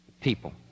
People